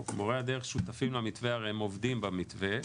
מורי הדרך שותפים למתווה, הרי הם עובדים במתווה.